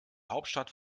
hauptstadt